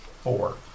Four